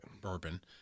bourbon